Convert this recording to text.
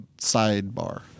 sidebar